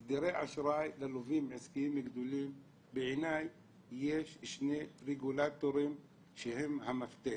בנוגע להסדרי אשראי ללווים עסקיים גדולים יש שני רגולטורים שהם המפתח: